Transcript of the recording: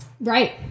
Right